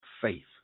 faith